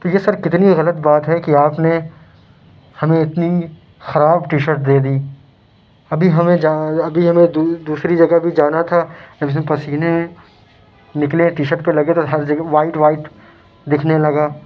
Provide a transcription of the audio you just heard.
تو یہ سر کتنی غلط بات ہے کہ آپ نے ہمیں اتنی خراب ٹی شرٹ دے دی ابھی ہمیں جانا ابھی ہمیں دوسری جگہ بھی جانا تھا پسینے میں نکلے ٹی شرٹ پہ لگے تو ہر جگہ وائٹ وائٹ دکھنے لگا